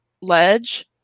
ledge